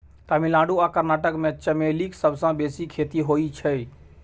तमिलनाडु आ कर्नाटक मे चमेलीक सबसँ बेसी खेती होइ छै